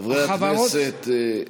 חברי הכנסת,